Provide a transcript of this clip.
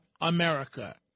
America